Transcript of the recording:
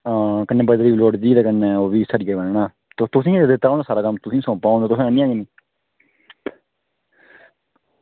ते कन्नै ओह्बी सरिया आह्नना ते तुसेंगी बी तां गै एह् सारा कम्म तुसेंगी सौंपे दा हा तुस आइयां गै नेईं